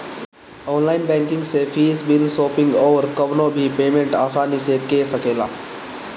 online banking से fees, bill, shopping अउरी कवनो भी पेमेंट आसानी से कअ सकेला